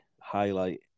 highlight